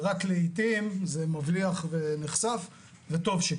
ורק לעיתים זה מבליח ונחשף, טוב שכך.